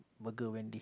burger Wendy